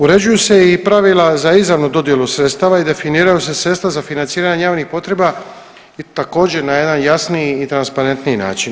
Uređuju se i pravila za izravnu dodjelu sredstava i definiraju se sredstva za financiranje javnih potreba i također na jedan jasniji i transparentniji način.